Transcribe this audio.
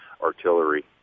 artillery